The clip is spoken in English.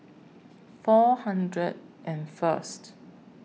four hundred and First